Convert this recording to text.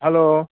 hello